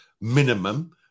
minimum